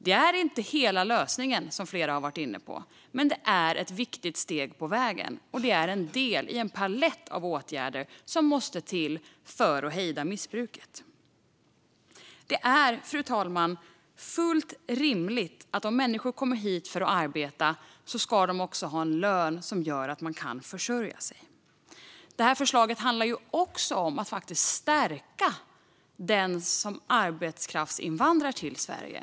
Det är inte hela lösningen, vilket flera har varit inne på, men det är ett viktigt steg på vägen, och det är en del i en palett av åtgärder som måste till för att hejda missbruket. Fru talman! Om människor kommer hit för att arbeta är det också fullt rimligt att de ska ha en lön som gör att de kan försörja sig. Det här förslaget handlar också om att faktiskt stärka den som arbetskraftsinvandrar till Sverige.